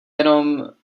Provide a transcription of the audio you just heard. jenom